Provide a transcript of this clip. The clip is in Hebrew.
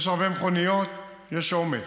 יש הרבה מכוניות, יש עומס.